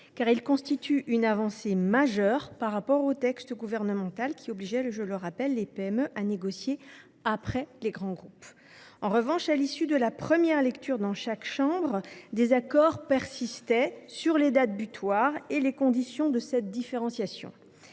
car il constitue une avancée majeure par rapport au texte gouvernemental, qui obligeait, je le rappelle, les PME à négocier après les grands groupes. En revanche, à l’issue de la première lecture dans chaque chambre, des désaccords persistaient sur les dates butoirs et les conditions de cette différenciation.